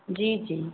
जी जी